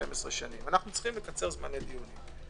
אנו צריכים לקצר זמני דיונים.